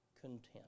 content